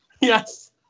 Yes